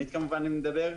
אני מאמין שכבר היום,